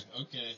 okay